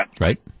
right